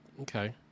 okay